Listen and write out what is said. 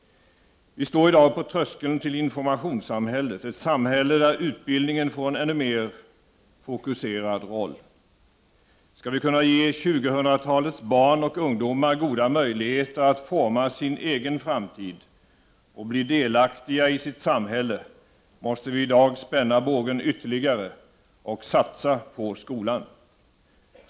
Vi står i dag på tröskeln till informationssamhället, ett samhälle där utbildningen får en ännu mer fokuserad roll. Skall vi kunna ge 2000-talets barn och ungdomar goda möjligheter att forma sin egen framtid och bli delaktiga i sitt samhälle, måste vi i dag spänna bågen ytterligare och satsa på skolan.